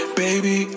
baby